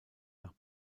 nach